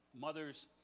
mothers